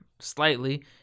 slightly